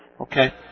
Okay